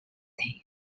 today